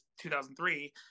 2003